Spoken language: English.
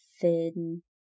thin